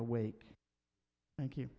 awake thank you